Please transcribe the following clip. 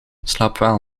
slaapwel